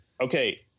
Okay